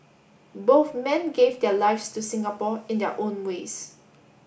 both men gave their lives to Singapore in their own ways